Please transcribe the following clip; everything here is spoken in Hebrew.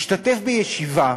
ישתתף בישיבה